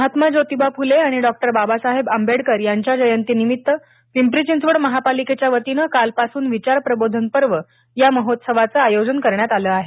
महात्मा जोतिबा फुले आणि डॉक्टर बाबासाहेब आंबेडकर यांच्या जयंती निमित्त पिंपरी चिंचवड महापालिकेच्या वतीनं कालपासून विचार प्रबोधन पर्व या महोत्सवाचं आयोजन करण्यात आलं आहे